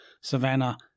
savannah